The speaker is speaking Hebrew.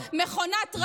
במקום לאחד,